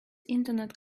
internet